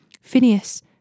Phineas